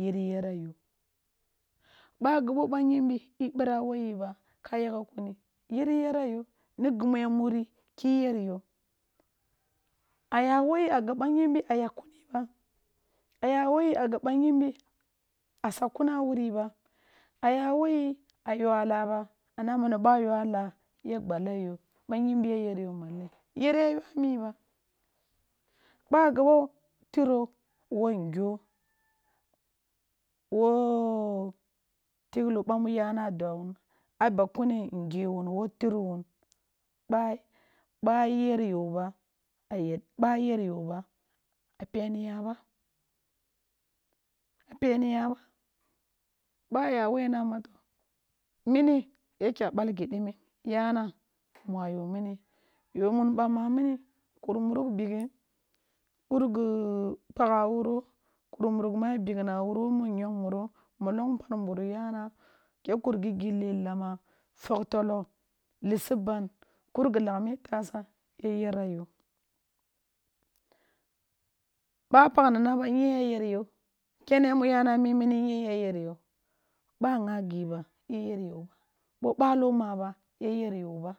Yiri year yo, bag abo ba yimbi i bira wo yi ba ka yagho kuni yiri yerra yo, nig imu ya murri kki yer yo a ya wo yi a gab ba yimbi a yakh kuni ba aya wo yi a gab ba yimbi a sakh kun a wuri ba, a ya wo yi a yaa la aba, a na mam ba yoa laa ya gballa yo, ba yimbi yay er ya malen, yere ya yoa mi b aba gabo tiro wo ngyo, wo tiglo bamu yana dua wun a bakuni. Ngewun wo turi wun ba baba yer u bay er y oba a peniya ba-a peniya b aba ya wo yin a marto, mini ya kya bal gi dimin, yana moa yo min yo mun bamma muni kur muruk bighe muruk gi pakhha wuro, kuur muruk mu ya bigh na wuro, muruk nyong muro, mollong par muro yana, kya kur gi gille lama gog tollo, tisi ban, kur gi lagh mi tasa, ya year yo. Ba pakh na na b anni yen yay er yo kere mu yanami mini ni yen yay er y oba gha gib a iyer y oba, bo balo maba, yay er y oba,